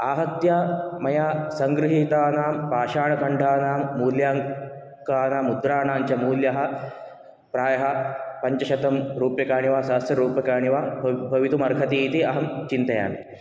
आहत्य मया सङ्गृहीतानां पाषाणखण्डानां मूल्याङ्कानां मुद्राणां च मूल्यः प्रायः पञ्चशतं रूप्यकाणि वा सहस्ररूप्यकाणि वा भव् भवितुम् अर्हति इति अहं चिन्तयामि